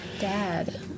Dad